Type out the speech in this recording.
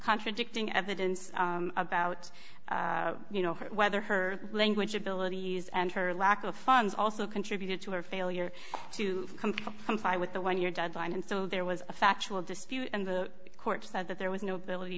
contradicting evidence about you know whether her language abilities and her lack of funds also contributed to her failure to comply with the one your deadline and so there was a factual dispute and the court said that there was no ability